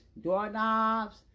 doorknobs